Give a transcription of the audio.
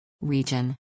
Region